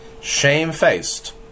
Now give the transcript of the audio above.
Shame-faced